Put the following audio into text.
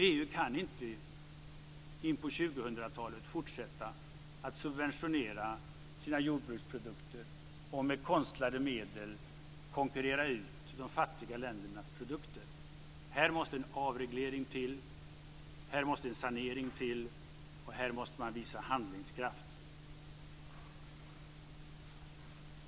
EU kan inte in på 2000-talet fortsätta att subventionera sina jordbruksprodukter och att med konstlade medel konkurrera ut de fattiga ländernas produkter. Här måste en avreglering och sanering till, och i det sammanhanget måste man visa handlingskraft.